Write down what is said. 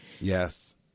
Yes